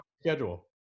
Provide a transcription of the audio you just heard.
schedule